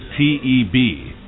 TEB